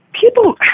people